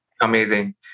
Amazing